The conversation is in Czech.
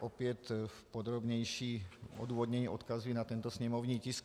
Opět v podrobnějším odůvodnění odkazuji na tento sněmovní tisk.